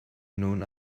known